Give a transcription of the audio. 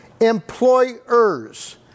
employers